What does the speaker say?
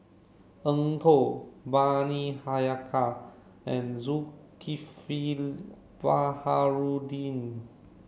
Eng Tow Bani Haykal and Zulkifli Baharudin